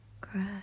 cry